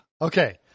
okay